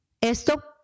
Esto